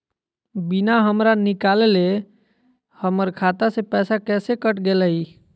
बिना हमरा निकालले, हमर खाता से पैसा कैसे कट गेलई?